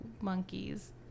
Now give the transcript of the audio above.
monkeys